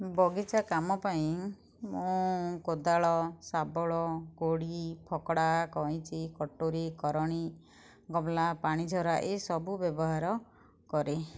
ବଗିଚା କାମ ପାଇଁ ମୁଁ କୋଦାଳ ଶାବଳ କୋଡ଼ି ଫକଡ଼ା କଇଁଚି କଟୁରୀ କରଣୀ ଗମଲା ପାଣି ଝରା ଏ ସବୁ ବ୍ୟବହାର କରେ